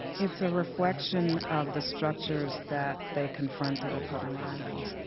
it's a reflection of the structures that they confronted upon arrival.